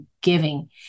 giving